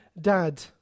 dad